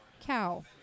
cow